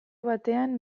batean